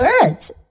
birds